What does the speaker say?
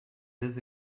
this